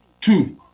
two